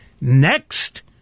Next